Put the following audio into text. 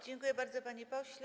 Dziękuję bardzo, panie pośle.